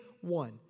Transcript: one